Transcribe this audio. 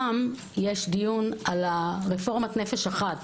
שם יש דיון על רפורמת נפש אחת,